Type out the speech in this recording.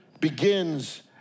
begins